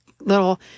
little